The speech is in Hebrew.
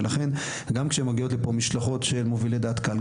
ולכן כשמגיעות לפה משלחות של מובילי דעת קהל,